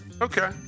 Okay